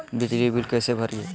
बिजली बिल कैसे भरिए?